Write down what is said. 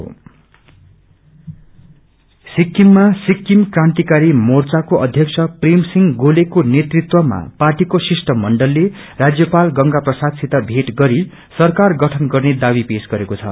सिकिम गर्ममन्द सिकिममा सिकिम क्रांतिकारी मोर्चाको अध्यक्ष प्रेम सिंह गोलको नेतृत्वमा पार्अीको शिष्टमण्डलले राजयपाल गंगा प्रसादसित षेट गरी सरकार गठन गर्ने दावी पेश गरेको छ